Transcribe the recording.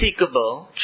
unseekable